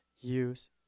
use